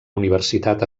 universitat